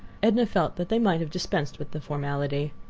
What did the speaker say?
edna felt that they might have dispensed with the formality.